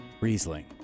Riesling